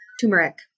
Turmeric